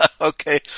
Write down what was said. Okay